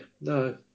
no